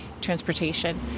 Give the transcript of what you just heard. transportation